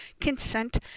consent